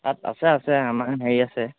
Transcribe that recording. তাত আছে আছে আমাৰ হেৰি আছে